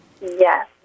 Yes